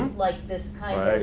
like this kind of,